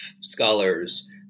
scholars